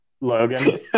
Logan